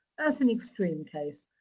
that's an extreme case,